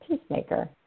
peacemaker